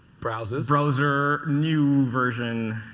browsers. browser new version.